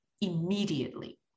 immediately